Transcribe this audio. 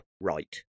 right